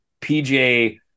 PJ